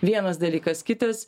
vienas dalykas kitas